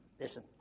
Listen